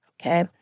Okay